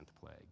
plague